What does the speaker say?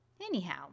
Anyhow